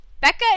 Becca